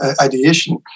ideation